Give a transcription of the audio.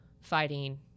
fighting